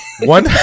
one